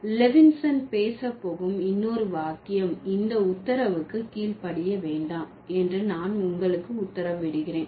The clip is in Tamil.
லெவின்ஸன் பேச போகும் இன்னொரு வாக்கியம் இந்த உத்தரவுக்கு கீழ்படிய வேண்டாம் என்று நான் உங்களுக்கு உத்தரவிடுகிறேன்